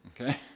Okay